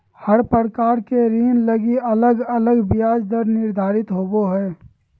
हर प्रकार के ऋण लगी अलग अलग ब्याज दर निर्धारित होवो हय